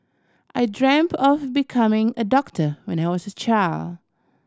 I dreamt of becoming a doctor when I was a child